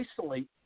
isolate